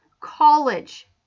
college